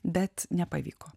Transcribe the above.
bet nepavyko